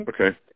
Okay